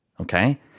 Okay